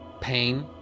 pain